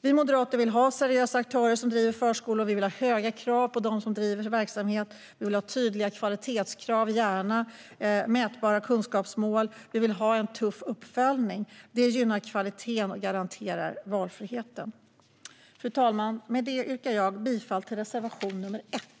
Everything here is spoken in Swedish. Vi moderater vill ha seriösa aktörer som driver förskolor, och vi vill ha höga krav på dem som driver verksamhet. Vi vill ha tydliga kvalitetskrav, gärna mätbara kunskapsmål. Vi vill ha en tuff uppföljning. Det gynnar kvaliteten och garanterar valfriheten. Fru talman! Med detta yrkar jag bifall till reservation nr 1.